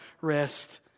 rest